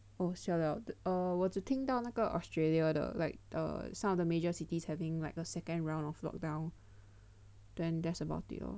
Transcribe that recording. oh siao liao err 我只听到那个 Australia 的 like err some of the major cities having like a second round of lock down then that's about it lor